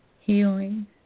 Healing